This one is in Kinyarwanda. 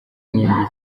nimbi